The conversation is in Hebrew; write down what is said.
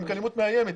אלימות מאיימת,